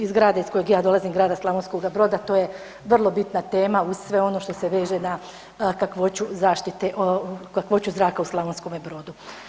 Iz grada iz kojega ja dolazim, grada Slavonskoga Broda, to je vrlo bitna tema uz sve ono što se veže na kakvoću zaštite, kakvoću zraka u Slavonskome Brodu.